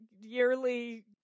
yearly